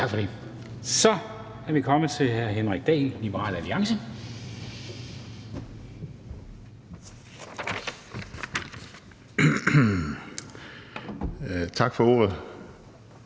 Tak for det. Så er vi kommet til hr. Henrik Dahl, Liberal Alliance. Kl.